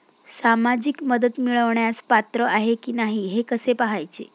सामाजिक मदत मिळवण्यास पात्र आहे की नाही हे कसे पाहायचे?